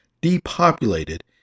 depopulated